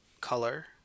color